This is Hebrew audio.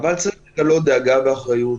אבל צריך לגלות דאגה ואחריות.